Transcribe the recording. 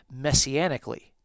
messianically